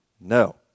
No